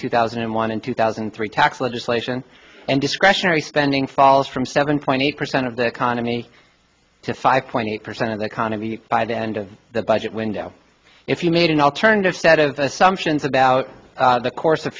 two thousand and one and two thousand and three tax legislation and discretionary spending falls from seven point eight percent of the economy to five point eight percent of the economy by the end of the budget window if you made an alternative stead of assumptions about the course of